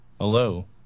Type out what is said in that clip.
Hello